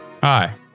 hi